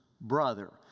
brother